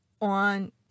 on